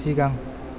सिगां